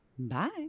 Bye